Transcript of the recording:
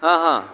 હં હં